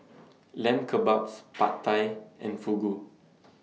Lamb Kebabs Pad Thai and Fugu